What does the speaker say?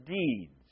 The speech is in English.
deeds